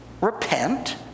repent